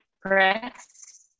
Press